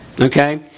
Okay